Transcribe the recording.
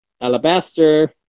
Alabaster